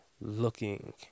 looking